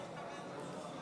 חברי הכנסת,